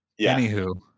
Anywho